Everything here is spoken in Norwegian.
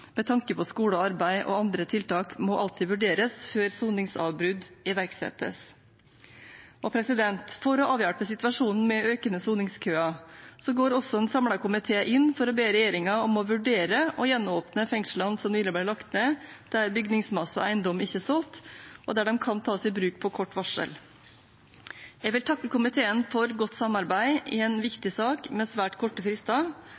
med tanke på skole og arbeid, og andre tiltak må alltid vurderes før soningsavbrudd iverksettes. For å avhjelpe situasjonen med økende soningskøer går også en samlet komité inn for å be regjeringen om å vurdere å gjenåpne fengslene som nylig ble lagt ned, der bygningsmasse og eiendom ikke er solgt, og der de kan tas i bruk på kort varsel. Jeg vil takke komiteen for godt samarbeid i en viktig sak med svært korte frister,